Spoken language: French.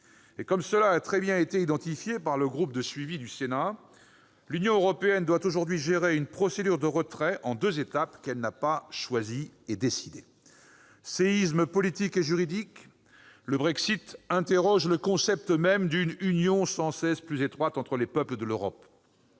Et comme l'a très bien identifié le groupe de suivi du Sénat, l'Union européenne doit aujourd'hui gérer une procédure de retrait en deux étapes, qu'elle n'a ni choisie ni décidée. Séisme politique et juridique, le Brexit interroge le concept même d'une « union sans cesse plus étroite » entre les peuples de l'Europe